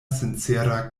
sincera